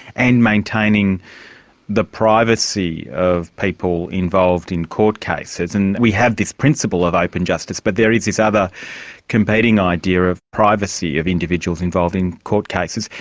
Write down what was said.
and maintaining maintaining the privacy of people involved in court cases. and we have this principle of open justice but there is this other competing idea of privacy of individuals involved in court cases.